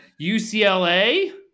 UCLA